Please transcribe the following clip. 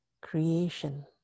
creation